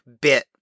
bit